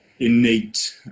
innate